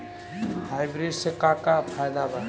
Hybrid से का का फायदा बा?